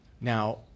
Now